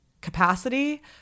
capacity